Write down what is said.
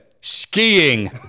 skiing